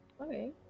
Okay